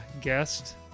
guest